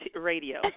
radio